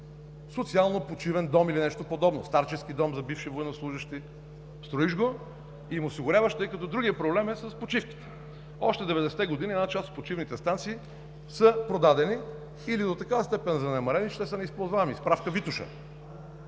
социален почивен дом или нещо подобно, старчески дом за бивши военнослужещи. Строиш го и им осигуряваш, тъй като другият проблем е с почивките. Още 90-те години една част от почивните станции са продадени или до такава степен занемарени, че са неизползваеми. Справка Витоша